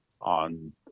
on